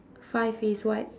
five face white